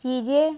چیزیں